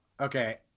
Okay